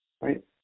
right